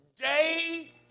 day